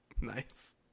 Nice